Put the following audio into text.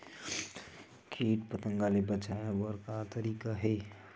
कीट पंतगा ले बचाय बर का तरीका हे?